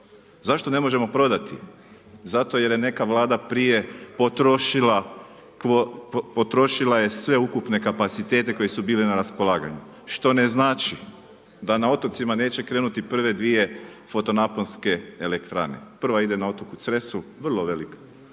Zašto ne možemo prodati? Zato jer je neka Vlada prije potrošila sve ukupne kapacitete koji su bili na raspolaganju, što ne znači da na otocima neće krenuti prve dvije fotonaponske elektrane. Prva ide na otoku Cresu, vrlo velika.